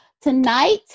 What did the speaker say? Tonight